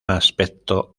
aspecto